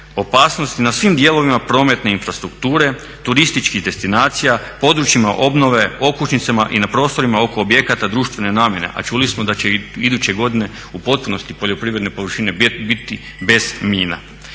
opasnosti na svim dijelovima prometne infrastrukture, turističkih destinacija, područjima obnove, okučnicama i na prostorima oko objekata društvene namjene, a čuli smo da će iduće godine u potpunosti poljoprivredne površine biti bez mina.